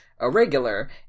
irregular